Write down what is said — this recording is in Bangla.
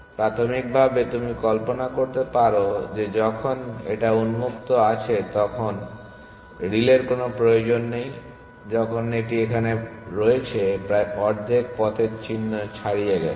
প্রাথমিকভাবে তুমি কল্পনা করতে পারো যে যখন এটা উন্মুক্ত আছে তাহলে এখন রিলের কোন প্রয়োজন নেই যখন এটি এখানে রয়েছে প্রায় অর্ধেক পথের চিহ্ন ছাড়িয়ে গেছে